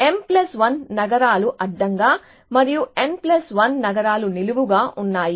m 1 నగరాలు అడ్డంగా మరియు n 1 నగరాలు నిలువుగా ఉన్నాయి